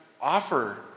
offer